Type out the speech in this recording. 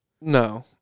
No